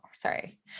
Sorry